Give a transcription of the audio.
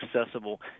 accessible